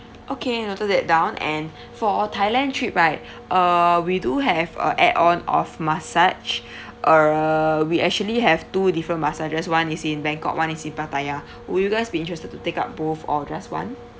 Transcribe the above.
okay I'll note that down and for thailand trip right uh we do have a add on of massage err we actually have two different massages one is in bangkok one is in pattaya will you guys be interested to take up both or just one